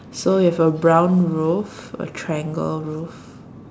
so with a brown roof a triangle roof